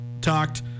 talked